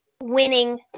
winning